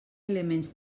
elements